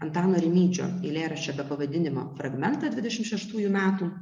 antano rimydžio eilėraščio be pavadinimo fragmentą dvidešimt šeštųjų metų